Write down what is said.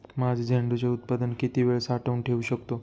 माझे झेंडूचे उत्पादन किती वेळ साठवून ठेवू शकतो?